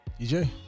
DJ